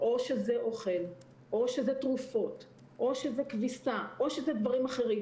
או שזה אוכל או שזה תרופות או שזה כביסה או שזה דברים אחרים,